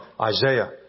Isaiah